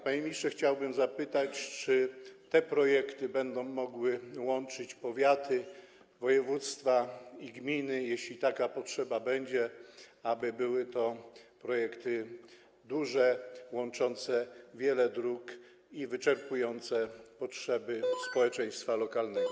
Panie ministrze, chciałbym zapytać, czy te projekty będą mogły łączyć powiaty, województwa i gminy, czy jest możliwość, jeśli taka potrzeba będzie, aby były to projekty duże, łączące wiele dróg i wyczerpujące potrzeby społeczeństwa lokalnego.